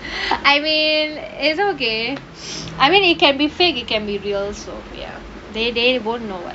I mean is okay I mean it can be fake it can be real so ya they they won't know [what]